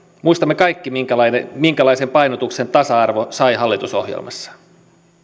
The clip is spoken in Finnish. muistamme kaikki minkälaisen painotuksen tasa arvo sai hallitusohjelmassa